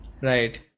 right